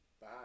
Bye